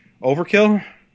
overkill